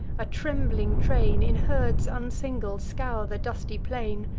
a trembling train, in herds unsingled, scour the dusty plain,